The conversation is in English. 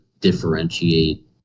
differentiate